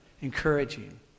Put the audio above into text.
encouraging